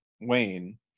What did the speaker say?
Wayne